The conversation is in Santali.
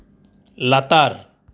ᱞᱟᱛᱟᱨ